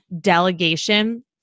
delegation